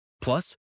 Plus